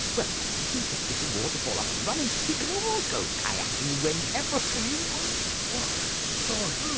well once we get this waterfall up and running, we can all go kayaking whenever we want. what a story!